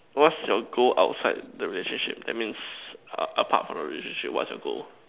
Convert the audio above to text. what's your goal outside the relationship that means uh apart from the relationship what's your goal